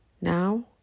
now